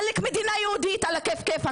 עאלק מדינה יהודית על הכיף כיפאק,